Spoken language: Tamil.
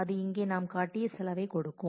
அது இங்கே நாம் காட்டிய செலவைக் கொடுக்கும்